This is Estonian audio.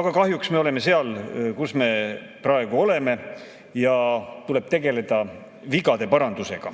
Aga kahjuks me oleme seal, kus me praegu oleme, ja tuleb tegelda vigade parandusega.